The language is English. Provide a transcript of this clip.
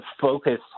focus